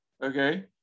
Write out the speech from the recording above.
Okay